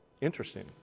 Interesting